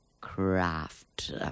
craft